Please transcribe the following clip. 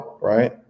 right